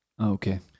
Okay